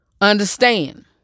understand